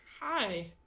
Hi